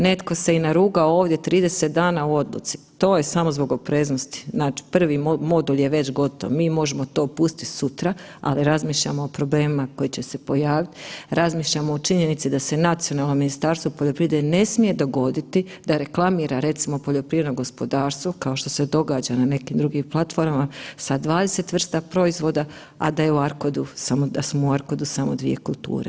Netko se narugao ovdje 30 dana u odluci, to je samo zbog opreznosti, znači prvi modul je već gotov mi to možemo pustiti sutra, ali razmišljamo o problemima koji će se pojaviti, razmišljamo o činjenici da se nacionalno Ministarstvo poljoprivrede ne smije dogoditi da reklamira recimo poljoprivredno gospodarstvo kao što se događa na nekim drugim platformama sa 20 vrsta proizvoda, a da je su u ARKOD-u samo dvije kulture.